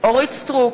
אורית סטרוק,